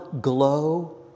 glow